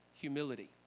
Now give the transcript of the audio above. humility